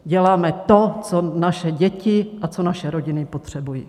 Děláme to, co naše děti a co naše rodiny potřebují.